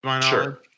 Sure